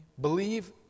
believe